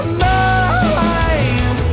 mind